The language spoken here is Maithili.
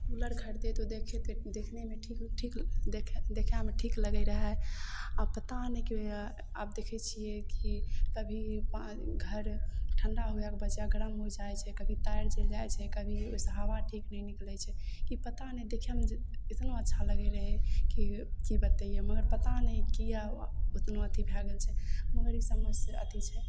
कूलर खरीदे तो देखे थे देखनेमे ठीक ठीक देखय देखयमे ठीक लगय रहय आब पता नहि किएक आब देखय छियै कि कभी घर ठण्डा हुएके वजह गरम होइ जाइ छै कभी तार जलि जाइ छै कभी ओइसँ हवा ठीक नहि निकलय छै कि पता नहि देखयमे जे इतनो अच्छा लगय रहय कि की बतैयै मगर पता नहि किएक उतना अथी भए गेल छै मगर समस्या अथी छै